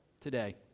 today